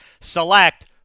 select –